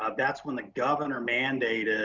um that's when the governor mandated